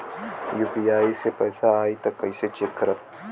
UPI से पैसा आई त कइसे चेक करब?